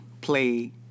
play